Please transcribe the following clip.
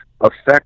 affect